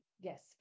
yes